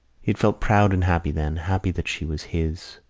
he had felt proud and happy then, happy that she was his,